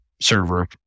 server